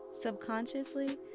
Subconsciously